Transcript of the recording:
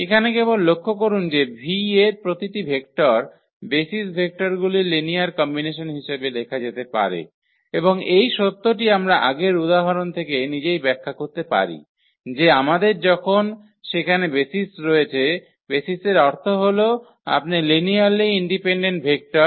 এখানে কেবল লক্ষ্য করুন যে V এর প্রতিটি ভেক্টর বেসিস ভেক্টরগুলির লিনিয়ার কম্বিনেশন হিসাবে লেখা যেতে পারে এবং এই সত্যটি আমরা আগের উদাহরণ থেকে নিজেই ব্যাখ্যা করতে পারি যে আমাদের যখন সেখানে বেসিস রয়েছে বেসিসের অর্থ হল আপনি লিনিয়ারলি ইন্ডিপেন্ডেন্ট ভেক্টর